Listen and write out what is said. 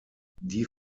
die